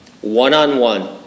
One-on-one